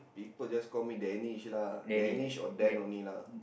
people just call me Danish lah Danish or Dan only lah